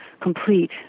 complete